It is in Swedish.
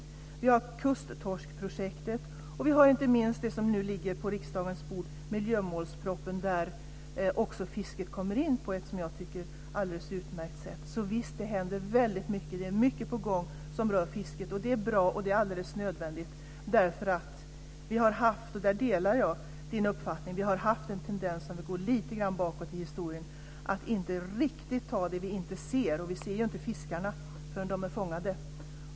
Dessutom har vi kusttorskprojektet och, inte minst, det som nu ligger på riksdagens bord, nämligen miljömålspropositionen, där fisket kommer in på ett, som jag tycker, alldeles utmärkt sätt. Visst, det händer väldigt mycket. Mycket är på gång som rör fisket, och det är både bra och alldeles nödvändigt. Vi har nämligen, och där delar jag Kjell Erik Karlssons uppfattning - om vi går tillbaka lite grann i historien - en tendens att inte riktigt ta på allvar det som vi inte ser. Vi ser ju inte fiskarna förrän de är fångade.